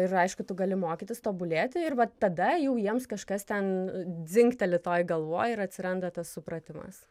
ir aišku tu gali mokytis tobulėti ir tada jau jiems kažkas ten dzingteli toj galvoj ir atsiranda tas supratimas